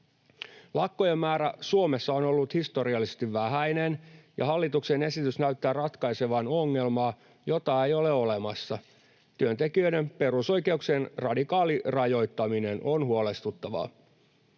Lakkojen määrä Suomessa on ollut historiallisesti vähäinen, ja hallituksen esitys näyttää ratkaisevan ongelmaa, jota ei ole olemassa. Työntekijöiden perusoikeuksien radikaali rajoittaminen on huolestuttavaa.